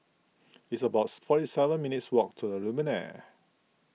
it's about forty seven minutes' walk to the Lumiere